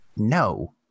no